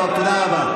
טוב, תודה רבה.